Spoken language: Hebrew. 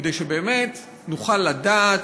כדי שבאמת נוכל לדעת,